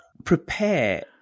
prepare